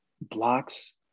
blocks